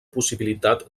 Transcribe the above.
possibilitat